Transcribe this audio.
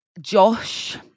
Josh